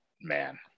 man